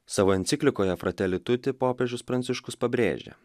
savo enciklikoje fratelli tutti popiežius pranciškus pabrėžė